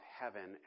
heaven